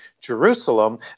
Jerusalem